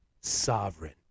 sovereign